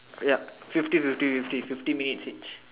ya fifty fifty fifty fifty minutes each